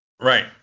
Right